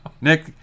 Nick